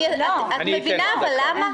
אבל את מבינה למה?